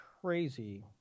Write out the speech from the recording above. crazy –